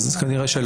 כנראה שלא.